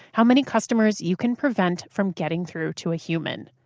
how many customers you can prevent from getting through to a human.